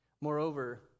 Moreover